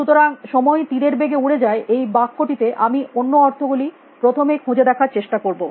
সুতরাং সময় তীরের বেগে উড়ে যায় এই বাক্যটিতে আমি অন্য অর্থ গুলি প্রথমে খুঁজে দেখার চেষ্টা করব